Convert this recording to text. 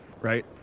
Right